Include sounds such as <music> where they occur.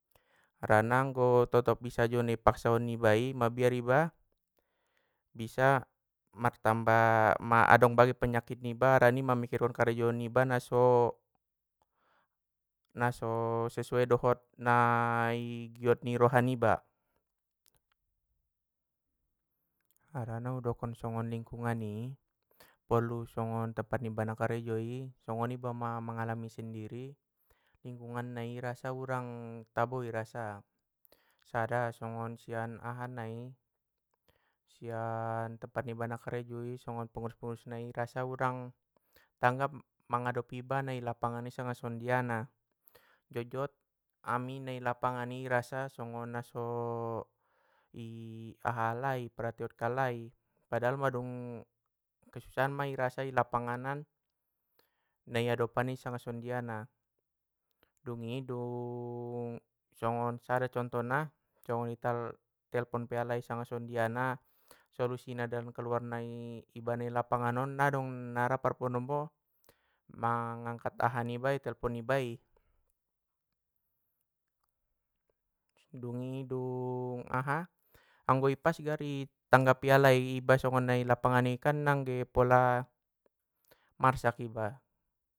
Harana anggo totop bisa juo ni paksaon ni iba i! Mabiar iba bisa martamba ma <hesitation> adong bagen panyakit niba harani mamikirkon karejo niba na so, na so sesuai dohot na i giot ni roha ni ba. Harana udokon songon lingkungan i porlu songon tempat niba na karejo i, songon iba ma mangalami sendiri lingkunan nai i rasa urang tabo i rasa, sada songon sian aha nai, sian tempat niba na karejoi songon pengurus pengurus nai i rasa urang tanggap manghadopi ibana i lapangan sanga songondiana, jot jot ami na i lapangani i rasa songon naso <hesitation> i perhation kalai, padahal mandung kesusahan ma irasa i lapanganan na i adopan i sanga sogondia na dungi dung <hesitation> songon sada contohna songon ita telpon alai sanga soangodiana solusina dan keluarnai iba nai lapangan non na dong na ra por manombo magangkat aha ni i bai telepon ni bai, dungi dung aha anggo i pas gari i tanggapi alai songon nai lapangan i kan nangge pola marsak iba.